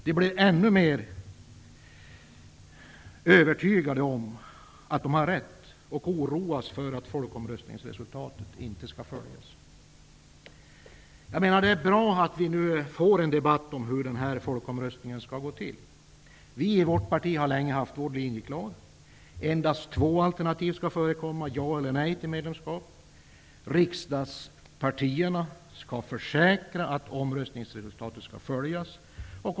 De blir ännu mer övertygade om att de har rätt, och de känner oro för att folkomröstningsresultatet inte följs. Det är alltså bra att vi nu får en debatt om hur folkomröstningen skall gå till. I vårt parti har vi länge varit klara över vår linje: Endast två alternativ skall förekomma, dvs. ja eller nej till medlemskap. Riksdagspartierna skall försäkra att omröstningsresultatet skall följas.